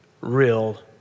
real